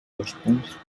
ursprünglich